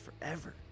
forever